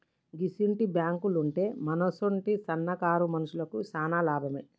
గిసుంటి బాంకులుంటే మనసుంటి సన్నకారు మనుషులకు శాన లాభమే